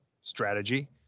strategy